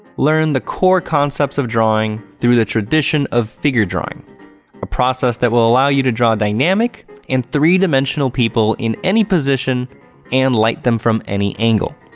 learn the core concepts of drawing through the tradition of figure drawing, a process that will allow you to draw dynamic and three-dimensional people in any position and light them from any angle.